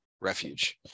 refuge